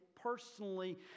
personally